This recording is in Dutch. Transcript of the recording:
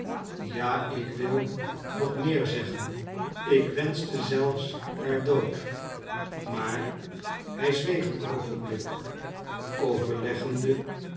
ja ik wil nog meer zeggen ik wenschte zelfs haar dood maar hij zweeg een oogenblik overleggende